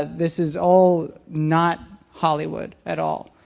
this is all not hollywood at all.